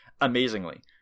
amazingly